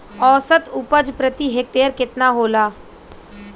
औसत उपज प्रति हेक्टेयर केतना होला?